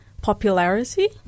popularity